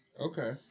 Okay